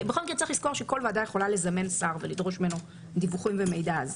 בכל מקרה צריך לזכור שכל ועדה יכולה לזמן שר ולדרוש ממנו דיווחים ומידע.